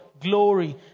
glory